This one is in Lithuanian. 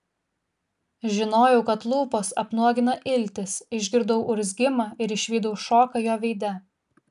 žinojau kad lūpos apnuogina iltis išgirdau urzgimą ir išvydau šoką jo veide